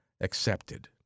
accepted